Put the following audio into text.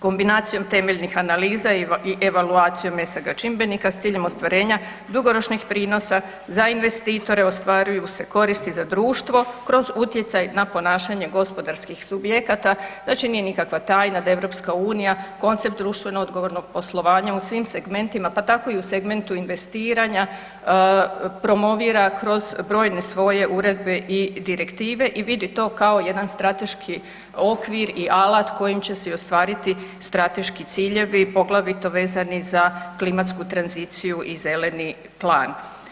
Kombinacijom temeljnih analiza i evaluacijom ESG čimbenika, s ciljem ostvarenja dugoročnih prinosa za investitore ostvaruju se koristi za društvo kroz utjecaj na ponašanje gospodarskih subjekata, znači nije nikakva tajna da EU koncept društveno odgovornog poslovanja u svim segmentima, pa tako i u segmentu investiranja, promovira kroz brojne svoje uredbe i direktive i vidi to kao jedan strateški okvir i alat kojim će se i ostvariti strateški ciljevi, poglavito vezani za klimatsku tranziciju i Zeleni plan.